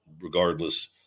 regardless